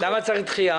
למה צריך דחייה?